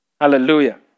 Hallelujah